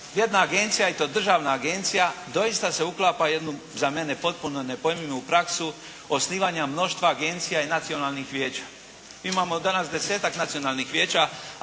Jedna agencija, i to državna agencija doista se uklapa u jednu za mene potpuno nepojmljivu praksu osnivanja mnoštva agencija i nacionalnih vijeća. Mi imamo danas 10-tak nacionalnih vijeća,